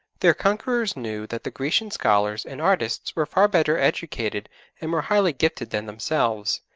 their conquerors knew that the grecian scholars and artists were far better educated and more highly gifted than themselves,